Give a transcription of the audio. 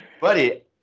Buddy